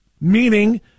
meaning